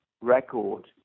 record